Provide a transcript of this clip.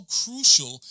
crucial